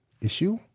issue